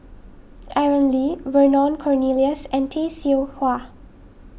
Aaron Lee Vernon Cornelius and Tay Seow Huah